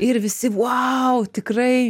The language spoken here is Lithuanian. ir visi vau tikrai